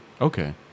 okay